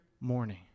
morning